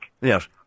Yes